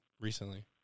recently